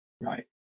Right